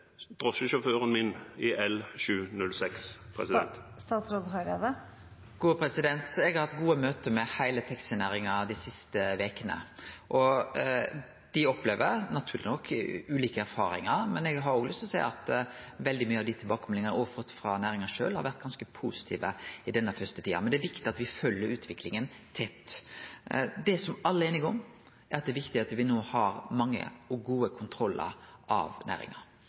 drosjesjåføren min i L 706? Eg har hatt gode møte med heile taxinæringa dei siste vekene. Dei opplever naturleg nok å ha ulike erfaringar, men eg har òg lyst til å seie at veldig mykje av dei tilbakemeldingane eg har fått frå næringa, har vore ganske positive i denne første tida. Men det er viktig at me følgjer utviklinga tett. Det som alle er einige om, er at det er viktig at me no har mange og gode kontrollar av næringa,